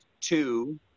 Two